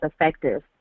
effective